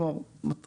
כלומר: מתחילים,